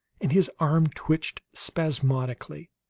and his arm twitched spasmodically.